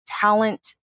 talent